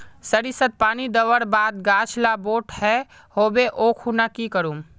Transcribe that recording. सरिसत पानी दवर बात गाज ला बोट है होबे ओ खुना की करूम?